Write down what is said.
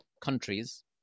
countries